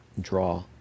draw